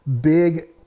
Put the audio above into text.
big